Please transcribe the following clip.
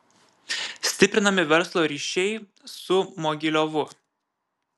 stiprinami verslo ryšiai su mogiliovu